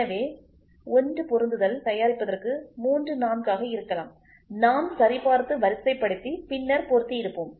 எனவே 1 பொருந்துதல் தயாரிப்பதற்கு 3 4 ஆக இருக்கலாம் நாம் சரிபார்த்து வரிசைப்படுத்தி பின்னர் பொருத்தியிருப்போம்